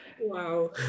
Wow